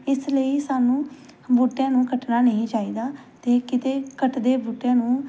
ਇਸ ਲਈ ਸਾਨੂੰ ਬੂਟਿਆਂ ਨੂੰ ਕੱਟਣਾ ਨਹੀਂ ਚਾਹੀਦਾ ਅਤੇ ਕਿਤੇ ਕੱਟਦੇ ਬੂਟਿਆਂ ਨੂੰ